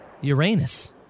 Uranus